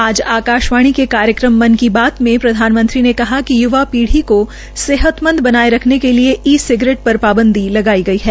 आज आकाशवाणी के कार्यक्रम मन की बात में प्रधानमंत्री ने कहा कि युवा पीढ़ी को सेहतमंद बनाये रखने के लिए ई सिगरेट पर पांबदी लगाई गई है